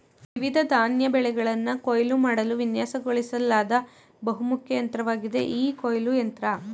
ವಿವಿಧ ಧಾನ್ಯ ಬೆಳೆಗಳನ್ನ ಕೊಯ್ಲು ಮಾಡಲು ವಿನ್ಯಾಸಗೊಳಿಸ್ಲಾದ ಬಹುಮುಖ ಯಂತ್ರವಾಗಿದೆ ಈ ಕೊಯ್ಲು ಯಂತ್ರ